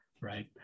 right